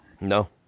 No